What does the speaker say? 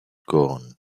gone